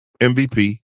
MVP